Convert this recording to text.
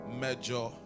major